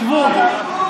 שבו.